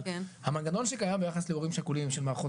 אבל המנגנון שקרה ביחס להורים שכולים של מערכות